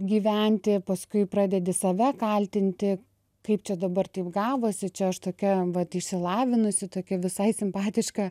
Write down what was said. gyventi paskui pradedi save kaltinti kaip čia dabar taip gavosi čia aš tokia vat išsilavinusi tokia visai simpatiška